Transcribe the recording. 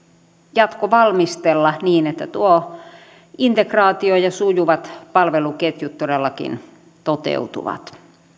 jatkovalmistella niin että tuo integraatio ja sujuvat palveluketjut todellakin toteutuvat